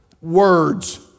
words